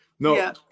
No